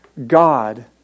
God